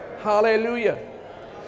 hallelujah